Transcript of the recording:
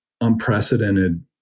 unprecedented